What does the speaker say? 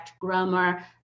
grammar